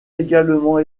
également